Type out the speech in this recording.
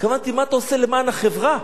התכוונתי מה אתה עושה למען החברה,